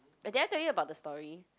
eh did I told you about the story